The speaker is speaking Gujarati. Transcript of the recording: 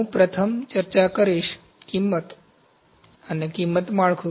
તેથી પ્રથમ હું ચર્ચા કરીશ કિંમત અને કિંમત માળખું